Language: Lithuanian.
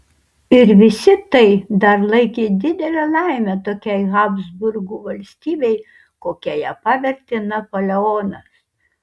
ir visi tai dar laikė didele laime tokiai habsburgų valstybei kokia ją pavertė napoleonas